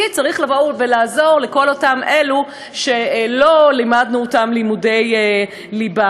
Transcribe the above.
כי צריך לעזור לכל אותם אלו שלא לימדנו אותם לימודי ליבה.